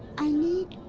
i need.